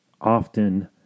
often